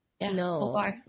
no